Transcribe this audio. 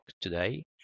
today